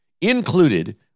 included